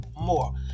more